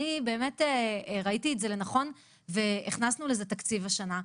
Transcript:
אני באמת ראיתי את זה לנכון והכנסנו לזה תקציב השנה,